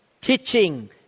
teaching